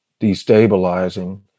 destabilizing